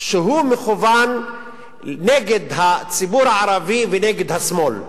שהוא מכוון נגד הציבור הערבי ונגד השמאל.